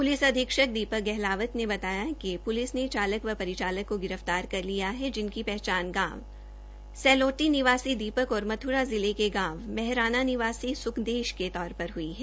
police अधीक्षक दीपक गहलावत ने बताया कि पुलिस ने चालक व परिचालक को गिरफ्तार कर लिया है जिनकी पहचान गांव सैलोटी निवासी दीपक और मथुरा जिले के गांव महराना निवासी सुखदेव के तौर पर हुई है